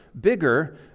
bigger